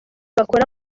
bakora